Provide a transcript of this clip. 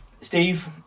Steve